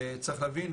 צריך להבין,